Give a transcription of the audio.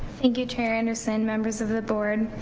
thank you chair anderson, members of the board